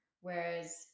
Whereas